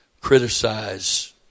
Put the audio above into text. criticize